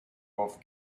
off